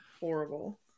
horrible